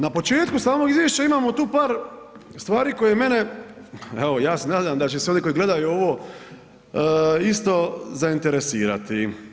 Na početku samog izvješća imamo tu par stvari koje mene, evo ja se nadam da će svi ovi koji gledaju ovo isto zainteresirati.